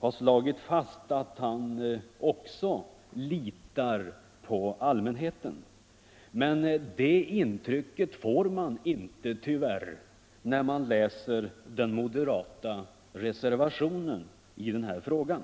har slagit fast att han också litar på allmänheten, men det intrycket får man tyvärr inte när man läser den moderata reservationen i denna fråga.